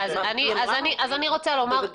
אז אני רוצה לומר,